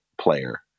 player